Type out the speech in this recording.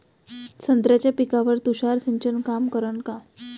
संत्र्याच्या पिकावर तुषार सिंचन काम करन का?